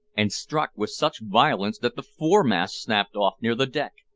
and struck with such violence that the foremast snapped off near the deck,